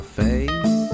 face